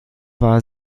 war